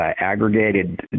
aggregated